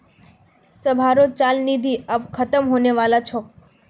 सबहारो चल निधि आब ख़तम होने बला छोक